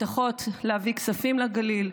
הבטחות לפתח את הגליל, הבטחות להביא כספים לגליל,